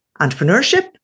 entrepreneurship